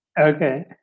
Okay